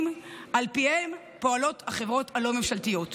שעל פיהם פועלות החברות הלא-ממשלתיות.